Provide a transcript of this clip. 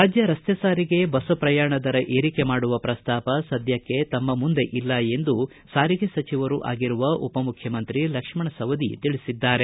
ರಾಜ್ಯ ರಸ್ತೆ ಸಾರಿಗೆ ಬಸ್ ಪ್ರಯಾಣ ದರ ಏರಿಕೆ ಮಾಡುವ ಪ್ರಸ್ತಾಪ ಸದ್ದಕ್ಕೆ ತಮ್ಮ ಮುಂದೆ ಇಲ್ಲ ಎಂದು ಸಾರಿಗೆ ಸಚಿವರೂ ಆಗಿರುವ ಉಪಮುಖ್ಯಮಂತ್ರಿ ಲಕ್ಷ್ಮಣ ಸವದಿ ತಿಳಿಬದ್ದಾರೆ